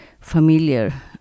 familiar